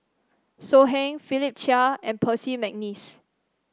So Heng Philip Chia and Percy McNeice